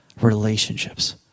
relationships